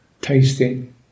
tasting